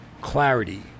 clarity